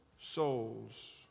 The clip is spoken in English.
souls